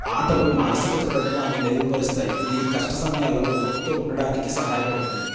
ఆటలు మానసిక దృఢత్వాన్ని మెరుగుపరుస్తాయి ఇది కష్ట సమయాల్లో ఓర్పుతో ఉండడానికి సహాయపడుతుంది